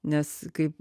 nes kaip